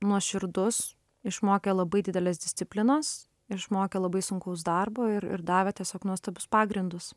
nuoširdus išmokė labai didelės disciplinos išmokė labai sunkaus darbo ir ir davė tiesiog nuostabus pagrindus